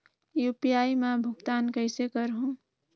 UPI मा भुगतान कइसे करहूं?